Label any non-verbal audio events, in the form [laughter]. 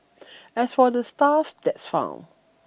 [noise] as for the stuff that's found